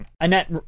Annette